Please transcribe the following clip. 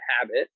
habit